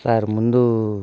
sir ముందు